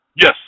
Yes